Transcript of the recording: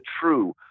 true